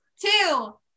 two